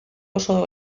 oso